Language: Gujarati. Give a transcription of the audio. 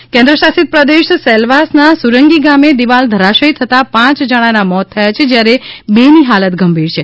દીવાલ ધરાશાયી કેન્દ્રશાસિત પ્રદેશ સેલવાસના સુરંગી ગામે દીવાલ ધરાશથી થતાં પાંચ જણાનાં મોત થયાં છે જ્યારે બે ની હાલત ગંભીર છે